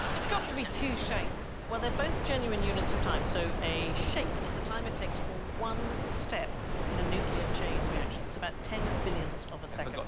it's got to be two shakes. well, they're both genuine units of time so a shake is the time it takes for one step in a nuclear chain reaction. it's about ten billionths of a second. i